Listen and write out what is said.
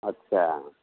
अच्छा